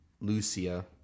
Lucia